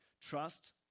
Trust